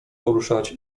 poruszać